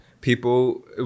people